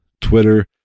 Twitter